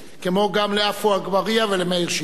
כמו גם לעפו אגבאריה ולמאיר שטרית.